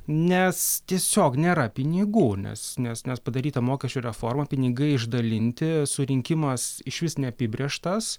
nes tiesiog nėra pinigų nes nes nes padaryta mokesčių reforma pinigai išdalinti surinkimas išvis neapibrėžtas